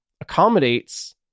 accommodates